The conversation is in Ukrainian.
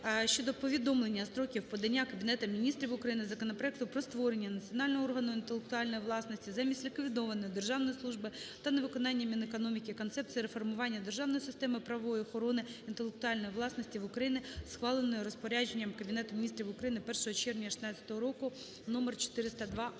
щодо повідомлення строків подання Кабінетом Міністрів України законопроекту про створення національного органу інтелектуальної власності замість ліквідованої Державної служби та невиконання Мінекономіки Концепції реформування державної системи правової охорони інтелектуальної власності в Україні, схваленої розпорядженням Кабінету Міністрів України 1 червня 2016 року № 402-р.